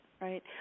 right